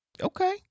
okay